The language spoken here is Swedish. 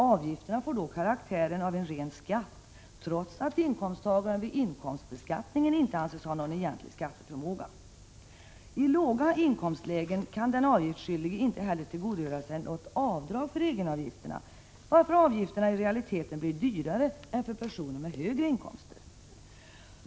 Avgifterna får då karaktären av en ren skatt, trots att inkomsttagaren vid inkomstbeskattningen inte anses ha någon egentlig skatteförmåga. I låga inkomstlägen kan den avgiftsskyldige inte heller tillgodogöra sig några avdrag för egenavgifterna, varför avgifterna i realiteten blir dyrare än för personer med högre inkomster.